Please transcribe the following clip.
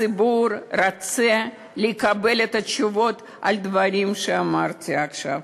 הציבור רוצה לקבל את התשובות על הדברים שאמרתי עכשיו.